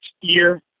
year